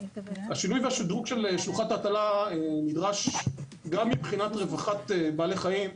השינוי והשדרוג של שלוחת ההטלה נדרש גם מבחינת רווחת בעלי חיים,